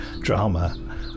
drama